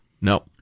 no